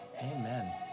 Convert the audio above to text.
Amen